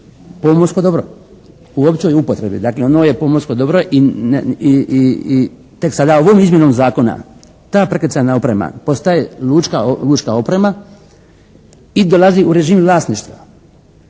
pomorsko dobro u općoj upotrebi. Dakle, ono je pomorsko dobro i tek sada ovom izmjenom zakona ta prekrcajna oprema postaje lučka oprema i dolazi u režim vlasništva.